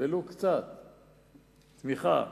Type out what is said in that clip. תמיכה